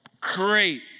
great